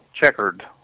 checkered